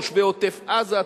תושבי עוטף-עזה,